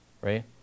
right